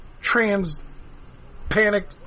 trans-panic